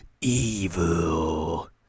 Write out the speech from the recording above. Evil